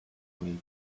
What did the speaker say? wait